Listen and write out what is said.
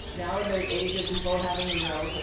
now, in the age of people having, you know,